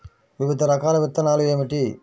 వివిధ రకాల విత్తనాలు ఏమిటి?